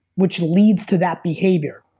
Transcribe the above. which leads to that behavior.